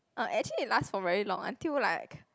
uh actually it last for very long until like